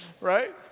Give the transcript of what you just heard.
right